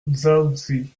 dzaoudzi